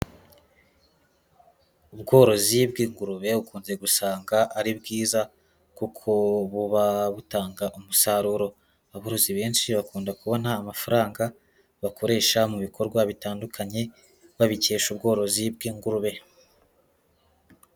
Ubworozi bw'ingurube ukunze gusanga ari bwiza kuko buba butanga umusaruro, aborozi benshi bakunda kubona amafaranga bakoresha mu bikorwa bitandukanye, babikesha ubworozi bw'ingurube.